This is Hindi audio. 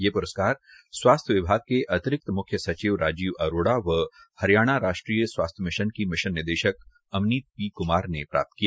ये प्रस्कार स्वास्थ्य विभाग के अतिरिक्त म्ख्य सचिव राजीव अरोड़ा व हरियाणा राष्ट्रीय स्वास्थ्य मिशन की मिशन निदेशक अमनीत पी क्मार ने प्राप्त किया